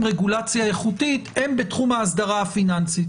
רגולציה איכותית הם בתחום האסדרה הפיננסית.